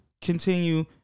continue